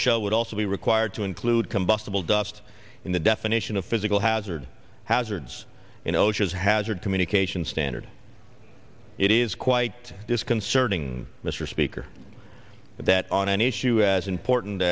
sho would also be required to include combustible dust in the definition of physical hazard hazards in osha's hazard communications standard it is quite disconcerting mr speaker that on an issue as important